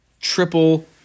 Triple